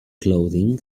clothing